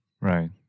Right